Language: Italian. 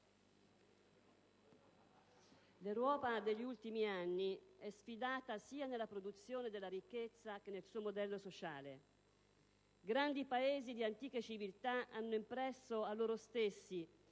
l'Europa degli ultimi anni è sfidata sia nella produzione della ricchezza che nel suo modello sociale. Grandi Paesi di antiche civiltà hanno impresso a loro stessi